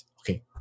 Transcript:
okay